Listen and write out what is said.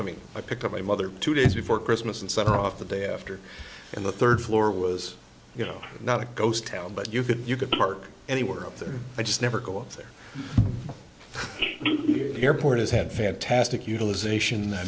i mean i picked up my mother two days before christmas and saw her off the day after and the third floor was you know not a ghost town but you could you could park anywhere up there i just never go up there airport has had fantastic utilization